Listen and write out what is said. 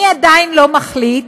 אני עדיין לא מחליט,